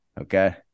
Okay